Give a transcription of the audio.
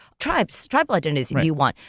tribes, tribal identities if you want,